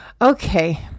Okay